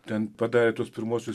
ten padarė tuos pirmuosius